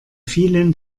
vielen